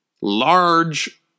large